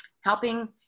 helping